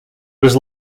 was